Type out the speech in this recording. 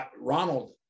ronald